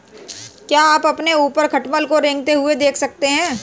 क्या आप अपने ऊपर खटमल को रेंगते हुए देख सकते हैं?